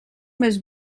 més